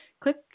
click